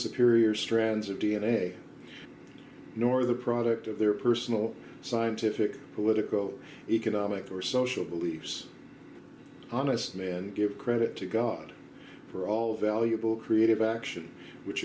that period strands of d n a nor the product of their personal scientific political economic or social beliefs honest man give credit to god for all valuable creative ready action which